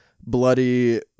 bloody